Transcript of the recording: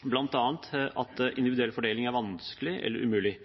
bl.a. at individuell fordeling er vanskelig eller umulig.